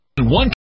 One